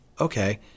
okay